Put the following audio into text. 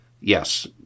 Yes